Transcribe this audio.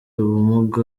ubumuga